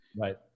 Right